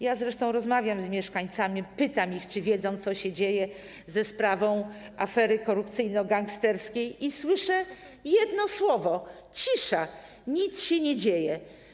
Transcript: Ja zresztą rozmawiam z mieszkańcami, pytam ich, czy wiedzą, co się dzieje ze sprawą afery korupcyjno-gangsterskiej, i słyszę jedno: cisza, nic się nie dzieje.